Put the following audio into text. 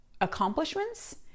accomplishments